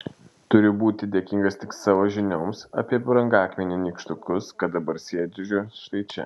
turiu būti dėkingas tik savo žinioms apie brangakmenių nykštukus kad dabar sėdžiu štai čia